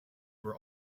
were